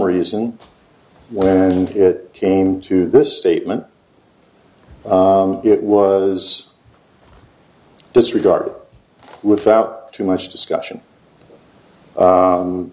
reason when it came to this statement it was disregarded without too much discussion